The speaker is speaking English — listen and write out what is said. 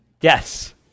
Yes